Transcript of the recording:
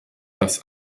das